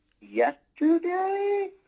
yesterday